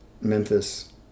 Memphis